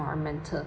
environmental